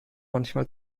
manchmal